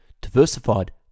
diversified